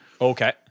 Okay